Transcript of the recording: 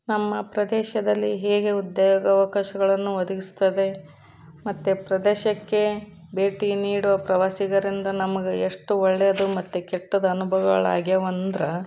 ನಮ್ಮ ಪ್ರದೇಶದಲ್ಲಿ ಹೇಗೆ ಉದ್ಯೋಗಾವಕಾಶಗಳನ್ನು ಒದಗಿಸ್ತದೆ ಮತ್ತು ಪ್ರದೇಶಕ್ಕೆ ಭೇಟಿ ನೀಡೋ ಪ್ರವಾಸಿಗರಿಂದ ನಮಗೆ ಎಷ್ಟು ಒಳ್ಳೆಯದು ಮತ್ತು ಕೆಟ್ಟದು ಅನುಭವಗಳಾಗ್ಯಾವಂದ್ರ